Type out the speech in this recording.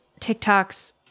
TikToks